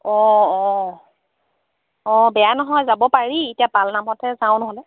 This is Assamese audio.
অঁ অঁ অঁ বেয়া নহয় যাব পাৰি এতিয়া পাল নামতে যাওঁ নহ'লে